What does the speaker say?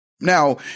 Now